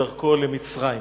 בדרכו למצרים.